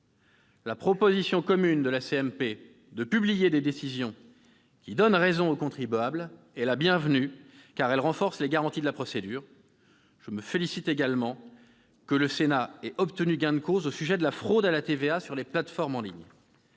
La proposition de la CMP de publier des décisions qui donnent raison au contribuable est la bienvenue, car elle renforce les garanties de la procédure. Je me félicite également que le Sénat ait obtenu gain de cause au sujet de la fraude à la TVA sur les plateformes en ligne.